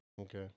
Okay